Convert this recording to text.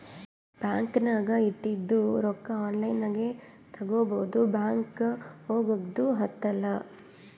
bank ನಾಗ್ ಇಟ್ಟಿದು ರೊಕ್ಕಾ ಆನ್ಲೈನ್ ನಾಗೆ ತಗೋಬೋದು ಬ್ಯಾಂಕ್ಗ ಹೋಗಗ್ದು ಹತ್ತಲ್